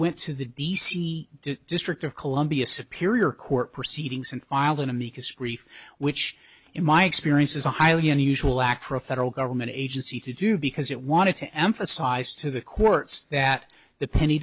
went to the d c district of columbia superior court proceedings and filed an amicus brief which in my experience is a highly unusual act for a federal government agency to do because it wanted to emphasize to the courts that the penny